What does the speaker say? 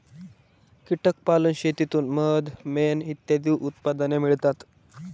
कीटक पालन शेतीतून मध, मेण इत्यादी उत्पादने मिळतात